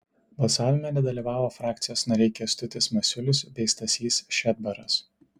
balsavime nedalyvavo frakcijos nariai kęstutis masiulis bei stasys šedbaras